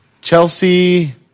Chelsea